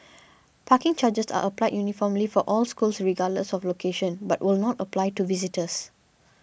parking charges are applied uniformly for all schools regardless of location but will not apply to visitors